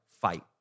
fight